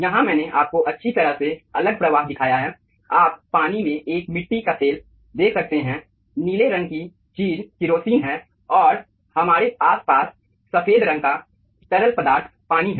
यहाँ मैंने आपको अच्छी तरह से अलग प्रवाह दिखाया है आप पानी में एक मिट्टी का तेल देख सकते हैं नीले रंग की चीज केरोसिन है और हमारे आस पास सफेद रंग का तरल पदार्थ पानी है